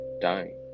dying